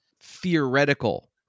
theoretical